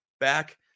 back